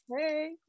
Hey